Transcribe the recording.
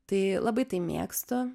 tai labai tai mėgstu